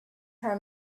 her